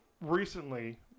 recently